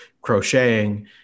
crocheting